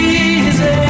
easy